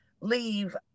leave